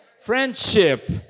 Friendship